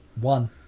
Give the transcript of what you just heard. One